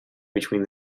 between